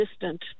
distant